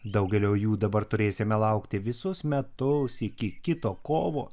daugelio jų dabar turėsime laukti visus metus iki kito kovo